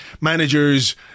managers